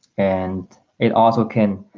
and it also can